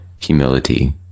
humility